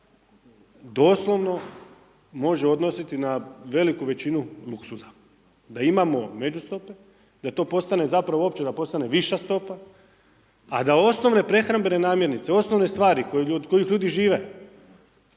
doslovno može odnositi na veliku većinu luksuza, da imamo međustope, da to postane zapravo uopće da postane viša stopa, a da osnovne prehrambrene namirnice, osnovne stvari od kojih ljudi žive,